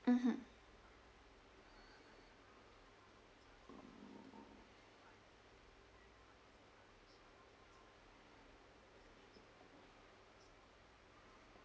mmhmm